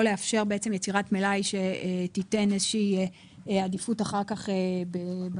לא לאפשר יצירת מלאי שייתן איזו שהיא עדיפות אחר כך במכירה.